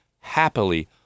happily